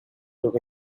took